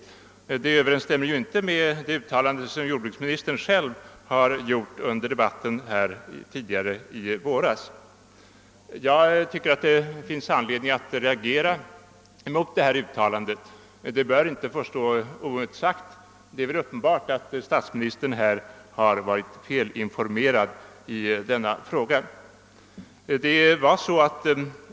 Beskedet överensstämmer ju inte alls med jordbruksministerns eget uttalande under debatten 1 våras. Jag tycker det finns anledning att reagera mot statsministerns uttalande, som inte bör få stå oemotsagt. Det är uppenbart att statsministern har varit felinformerad i denna fråga.